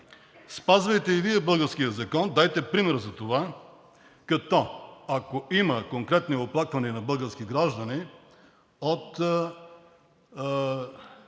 Спазвайте и Вие българския закон, дайте пример за това, като, ако има конкретни оплаквания на български граждани от